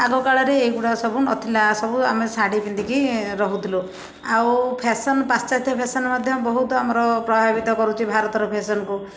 ଆଗକାଳରେ ଏଇଗୁଡ଼ା ସବୁ ନଥିଲା ସବୁ ଆମେ ସାଢ଼ି ପିନ୍ଧିକି ରହୁଥିଲୁ ଆଉ ଫ୍ୟାସନ୍ ପାଶ୍ଚାତ୍ୟ ଫ୍ୟାସନ୍ ମଧ୍ୟ ବହୁତ ଆମର ପ୍ରଭାବିତ କରୁଛି ଭାରତର ଫ୍ୟାସନ୍କୁ